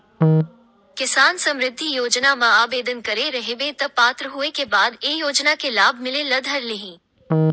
किसान समरिद्धि योजना म आबेदन करे रहिबे त पात्र होए के बाद ए योजना के लाभ मिले ल धर लिही